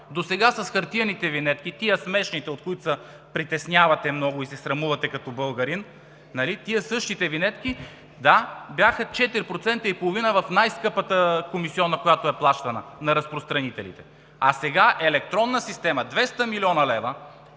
Досега с хартиените винетки – тези, смешните, от които се притеснявате много и се срамувате като българин, при същите тези винетки бяха 4,5% в най-скъпата комисиона, която е плащана на разпространителите. А сега с електронна система, 200 млн. лв.,